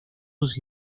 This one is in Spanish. sus